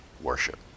worship